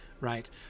right